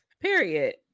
Period